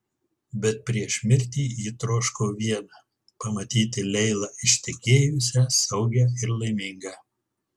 bet prieš mirtį ji troško viena pamatyti leilą ištekėjusią saugią ir laimingą